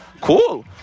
cool